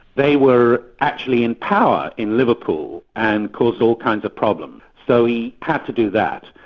they were actually in power in liverpool and caused all kinds of problems, so he had to do that.